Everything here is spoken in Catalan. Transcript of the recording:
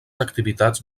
activitats